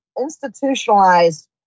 institutionalized